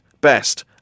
best